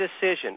decision